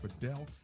Fidel